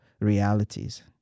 realities